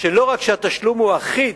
שלא רק שהתשלום הוא אחיד,